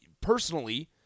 personally